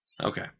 Okay